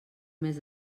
mes